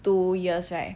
two years right